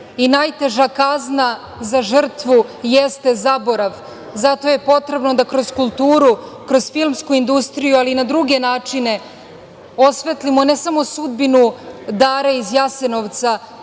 ponoviti. Najteža kazna za žrtvu jeste zaborav. Zato je potrebno da kroz kulturu, kroz filmsku industriju, ali i na druge načine osvetlimo ne samo sudbinu Dare iz Jasenovca,